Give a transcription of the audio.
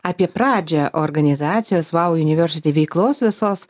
apie pradžią organizacijos wow university veiklos visos